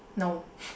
no